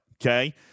okay